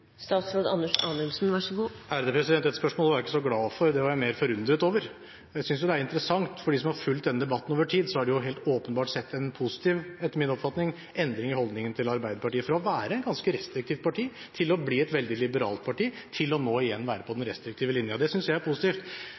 ikke så glad for, men mer forundret over. Jeg synes det er interessant, for de som har fulgt denne debatten over tid, har jo helt åpenbart sett en etter min oppfatning positiv endring i holdningen til Arbeiderpartiet – fra å være et ganske restriktivt parti til å bli et veldig liberalt parti og til nå igjen å være på den restriktive linjen. Det synes jeg er positivt.